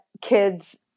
kids